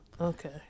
Okay